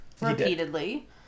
repeatedly